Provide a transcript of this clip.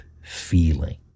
feeling